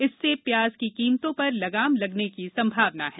इससे प्याज की कीमतों पर लगाम लगने की संभावना है